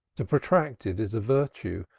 to protract it is a virtue,